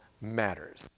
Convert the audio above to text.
matters